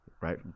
right